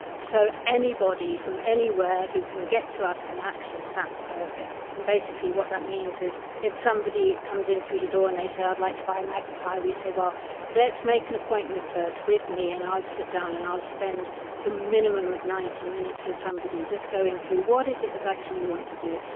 so, anybody from anywhere who can get to us can access that service. and basically what that means is if somebody comes in through the door and they say i'd like to buy a magnifier we say well let's make an appointment first with me and i'll sit down and i'll spend the minimum of ninety minutes with somebody just going through what is it exactly you want to do,